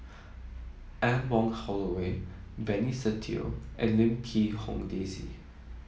Anne Wong Holloway Benny Se Teo and Lim Quee Hong Daisy